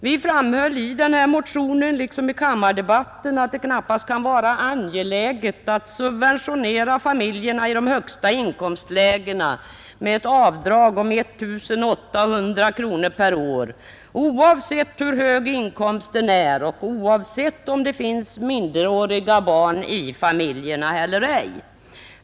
Vi framhöll i motionen liksom i kammardebatten att det knappast kan vara angeläget att subventionera familjer i de högsta inkomstlägena med ett avdrag om 1 800 kronor per år oavsett hur hög inkomsten är och oavsett om det finns minderåriga barn i familjerna eller ej.